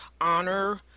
honor